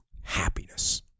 happiness